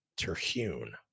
Terhune